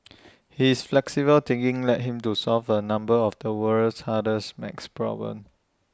his flexible thinking led him to solve A number of the world's hardest math problems